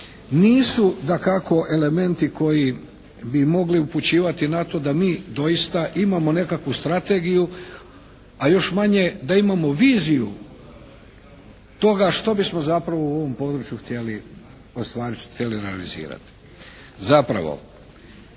nisu dakako elementi koji bi mogli upućivati na to da mi doista imamo nekakvu strategiju a još manje da imamo viziju toga što bismo zapravo u ovom području htjeli ostvariti, htjeli analizirati. Zapravo